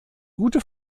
gute